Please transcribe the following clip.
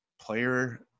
player